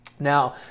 Now